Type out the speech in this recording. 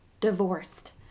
divorced